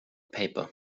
paper